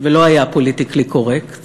ולא היה פוליטיקלי קורקט